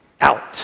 out